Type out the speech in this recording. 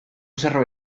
cerro